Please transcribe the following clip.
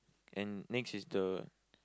and next is the